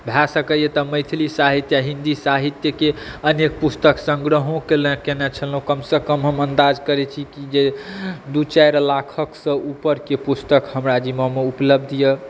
भए सकैए तऽ मैथिली साहित्य आ हिन्दी साहित्यके अनेक पुस्तक सङ्ग्रहो कएने छलहुँ कमसँ कम हम अन्दाज करैत छी कि जे दू चारि लाखसँ ऊपरके पुस्तक हमरा जिम्मामे उपलब्ध यए